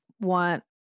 want